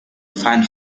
find